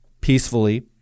peacefully